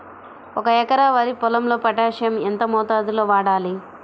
ఒక ఎకరా వరి పొలంలో పోటాషియం ఎంత మోతాదులో వాడాలి?